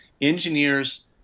engineers